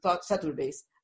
Saturdays